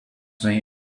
may